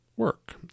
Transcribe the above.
work